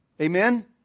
Amen